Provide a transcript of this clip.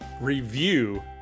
review